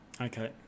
Okay